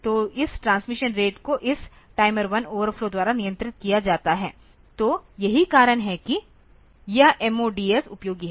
तो इस transmission rate को इस टाइमर 1 ओवरफ्लो द्वारा नियंत्रित किया जाता है तो यही कारण है कि यह MODs उपयोगी हैं